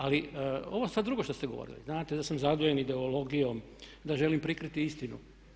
Ali ovo sad drugo što ste govorili, znate da sam zaguljen ideologijom, da želim prikriti istinu.